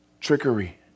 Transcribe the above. trickery